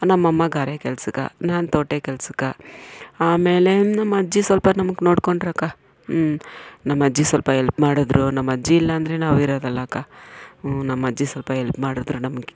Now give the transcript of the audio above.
ನಮ್ಮಮ್ಮ ಗಾರೆ ಕೆಲಸಕ್ಕೆ ನಾನು ತೋಟದ ಕೆಲ್ಸಕ್ಕೆ ಆಮೇಲೆ ನಮ್ಮಜ್ಜಿ ಸ್ವಲ್ಪ ನಮಗೆ ನೋಡ್ಕೊಂಡ್ರಕ್ಕ ಹ್ಞೂ ನಮ್ಮಜ್ಜಿ ಸ್ವಲ್ಪ ಎಲ್ಪ್ ಮಾಡಿದ್ರು ನಮ್ಮಜ್ಜಿ ಇಲ್ಲಾಂದ್ರೆ ನಾವು ಇರೋದಿಲ್ಲಕ್ಕ ಹ್ಞೂ ನಮ್ಮಜ್ಜಿ ಸ್ವಲ್ಪ ಎಲ್ಪ್ ಮಾಡಿದ್ರು ನಮಗೆ